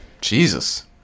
Jesus